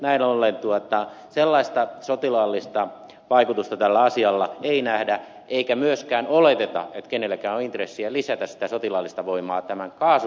näin ollen sellaista sotilaallista vaikutusta tällä asialla ei nähdä eikä myöskään oleteta että kenelläkään on intressiä lisätä sitä sotilaallista voimaa tämän kaasuputken takia